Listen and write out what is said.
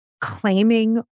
claiming